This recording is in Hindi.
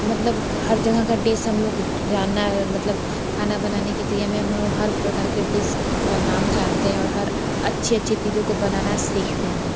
मतलब हर जगह का डिश हम लोग को जानना है मतलब खाना बनाने की क्रिया में हर प्रकार के डिश का नाम जानते हैं और हर अच्छे अच्छे चीज़ों को बनाना सिखते हैं